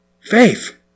Faith